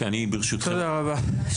תודה רבה.